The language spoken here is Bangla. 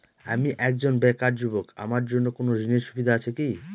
আমি একজন বেকার যুবক আমার জন্য কোন ঋণের সুবিধা আছে কি?